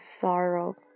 sorrow